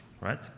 right